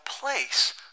place